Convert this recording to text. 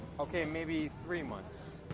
ok maybe three months.